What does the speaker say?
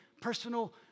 personal